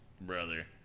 Brother